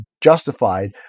justified